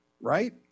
right